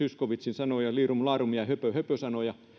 zyskowiczin sanoja liirumlaarum ja höpö höpö sanoja